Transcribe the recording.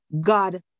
God